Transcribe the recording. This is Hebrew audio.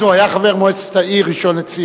אז הוא היה חבר מועצת העיר ראשון-לציון.